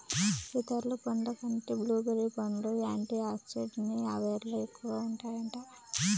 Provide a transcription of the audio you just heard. ఇతర పండ్ల కంటే బ్లూ బెర్రీ పండ్లల్ల యాంటీ ఆక్సిడెంట్లని అవేవో ఎక్కువగా ఉంటాయట